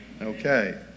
Okay